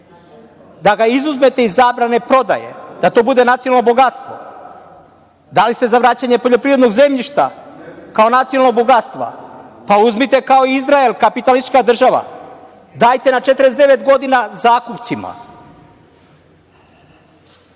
da ga izuzmete iz zabrane prodaje, da to bude nacionalno bogatstvo? Da li ste za vraćanje poljoprivrednog zemljišta kao nacionalnog bogatstva? Uzmite Izrael kao kapitalistička država, dajte na 49 godina zakupcima. Najzad,